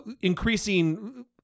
increasing